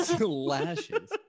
lashes